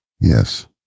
Yes